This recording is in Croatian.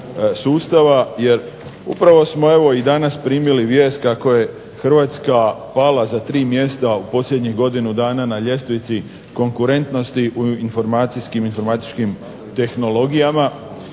jer upravo smo evo i danas primili vijest kako je Hrvatska pala za 3 mjesta u posljednjih godinu dana na ljestvici konkurentnosti u informacijskim, informatičkim tehnologijama.